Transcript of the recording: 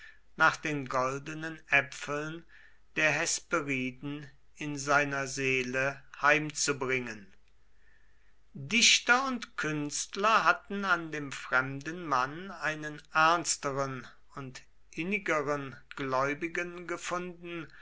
nach den goldenen äpfeln der hesperiden in seiner seele heimzubringen dichter und künstler hatten an dem fremden mann einen ernsteren und innigeren gläubigen gefunden